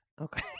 Okay